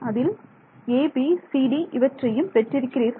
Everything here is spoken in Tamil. அதில் A B C D இவற்றையும் பெற்றிருக்கிறீர்கள்